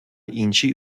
інший